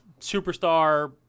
Superstar